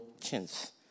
chance